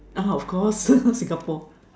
ah of course Singapore